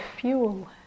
fuel